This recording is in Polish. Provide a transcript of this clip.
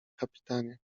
kapitanie